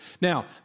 Now